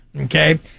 Okay